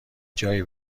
جایی